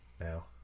now